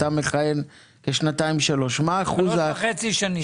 אתה מכהן כשנתיים-שלוש --- שלוש וחצי שנים.